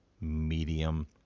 medium